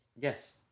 Yes